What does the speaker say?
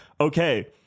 okay